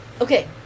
Okay